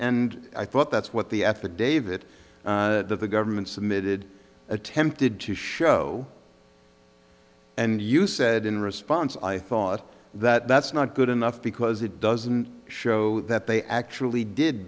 and i thought that's what the affidavit that the government submitted attempted to show and you said in response i thought that that's not good enough because it doesn't show that they actually did